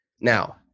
Now